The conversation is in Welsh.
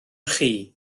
chi